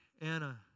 Anna